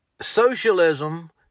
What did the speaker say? Socialism